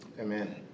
Amen